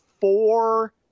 four